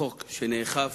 לחוק שנאכף,